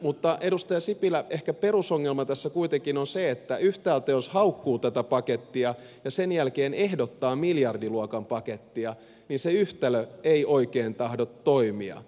mutta edustaja sipilä ehkä perusongelma tässä kuitenkin on se että jos yhtäältä haukkuu tätä pakettia ja sen jälkeen ehdottaa miljardiluokan pakettia niin se yhtälö ei oikein tahdo toimia